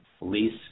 lease